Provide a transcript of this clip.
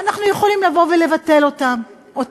אנחנו יכולים לבוא ולבטל אותן.